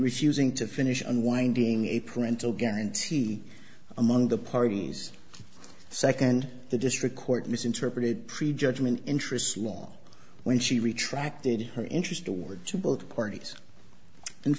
refusing to finish unwinding a parental guarantee among the parties second the district court misinterpreted pre judgment interest law when she retracted her interest award to both parties and